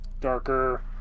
darker